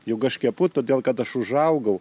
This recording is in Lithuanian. juk aš kepu todėl kad aš užaugau